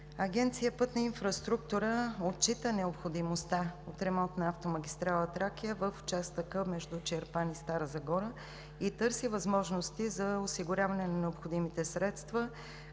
Агенция „Пътна инфраструктура“ отчита необходимостта от ремонт на автомагистрала „Тракия“ в участъка между Чирпан и Стара Загора и търси възможности за осигуряване на необходимите средства.